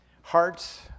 hearts